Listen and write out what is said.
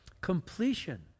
Completion